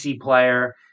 player